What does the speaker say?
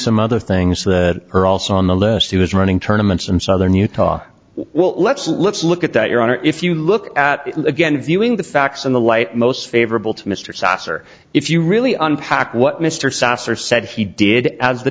some other things that are also on the list he was running tournaments in southern utah well let's let's look at that your honor if you look at it again viewing the facts in the light most favorable to mr sasser if you really unpack what mr sasser said he did as the